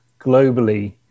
globally